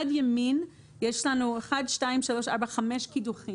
מצד ימין יש לנו חמישה קידוחים.